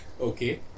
Okay